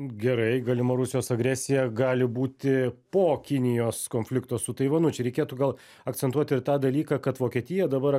gerai galima rusijos agresija gali būti po kinijos konflikto su taivanu čia reikėtų gal akcentuoti ir tą dalyką kad vokietija dabar